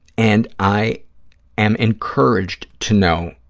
and i am encouraged to know